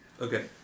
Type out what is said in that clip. Okay